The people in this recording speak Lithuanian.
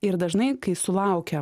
ir dažnai kai sulaukia